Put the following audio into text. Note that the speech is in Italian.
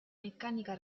meccanica